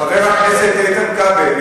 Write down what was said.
חבר הכנסת איתן כבל,